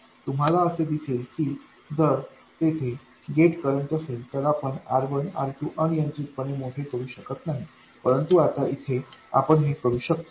तुम्हाला असे दिसेल की जर तेथे गेट करंट असेल तर आपण R1 R2 अनियंत्रितपणे मोठे करू शकत नाही परंतु आता इथे आपण हे करू शकतो